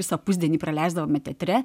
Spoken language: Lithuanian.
visą pusdienį praleisdavome teatre